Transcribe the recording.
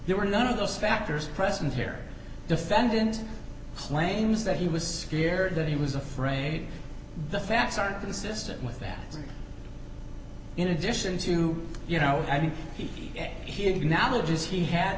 there were none of those factors present here defendant claims that he was scared that he was afraid the facts are consistent with that in addition to you know i think he